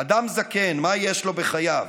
"אדם זקן, מה יש לו בחייו?